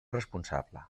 responsable